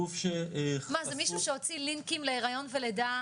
גוף שחשוף --- מה זה מישהו שהוציא לינקים להריון ולידה,